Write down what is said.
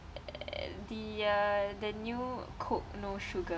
and the uh the new coke no sugar